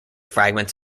fragments